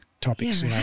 topics